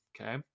Okay